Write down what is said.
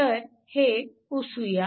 तर हे पुसूया